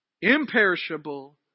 imperishable